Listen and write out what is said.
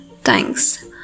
Thanks